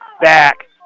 back